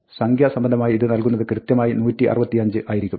സംഖ്യ സംബന്ധമായി ഇത് നൽകുന്നത് കൃത്യമായി 165 ആയിരിക്കും